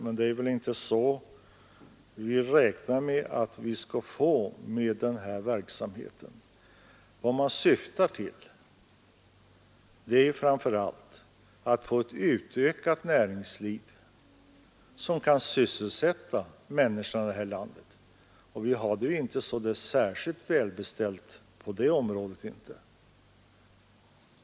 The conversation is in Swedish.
Men det är väl inte så vi tänker oss den här verksamheten. Vad den syftar till är framför allt att få ett utökat näringsliv som kan sysselsätta människorna här i landet, och vi har det ju inte så där särskilt välbeställt på det området.